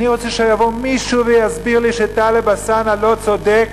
אני רוצה שיבוא מישהו ויסביר לי שטלב אלסאנע לא צודק,